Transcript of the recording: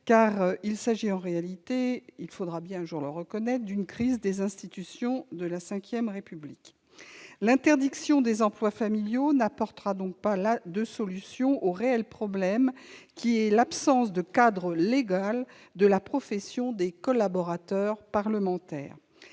: il s'agit en réalité d'une crise des institutions de la V République. L'interdiction des emplois familiaux n'apportera pas de solution au réel problème qu'est l'absence de cadre légal de la profession des collaborateurs parlementaires.